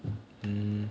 mm